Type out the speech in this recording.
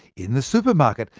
in the supermarket,